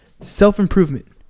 Self-improvement